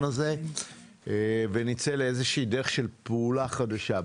הזה ונצא לאיזושהי דרך של פעולה חדשה.